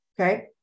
Okay